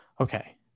Okay